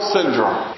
Syndrome